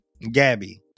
Gabby